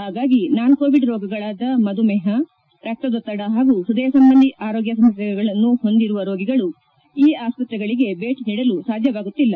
ಹಾಗಾಗಿ non Covid ರೋಗಗಳಾದ ಮಧುಮೇಹ ರಕ್ತದೊತ್ತಡ ಹಾಗೂ ಹೃದಯ ಸಂಬಂಧಿ ಆರೋಗ್ಯ ಸಮಸ್ಥೆಗಳನ್ನು ಹೊಂದಿರುವ ರೋಗಿಗಳು ಈ ಆಸ್ಪತ್ರೆಗಳಿಗೆ ಭೇಟ ನೀಡಲು ಸಾಧ್ಯವಾಗುತ್ತಿಲ್ಲ